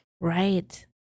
Right